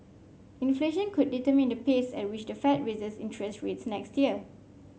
inflation could determine the pace at which the Fed raises interest rates next year